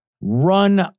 run